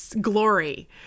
glory